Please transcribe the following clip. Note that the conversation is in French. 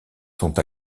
sont